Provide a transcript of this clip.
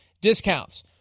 discounts